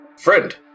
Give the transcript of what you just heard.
friend